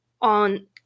on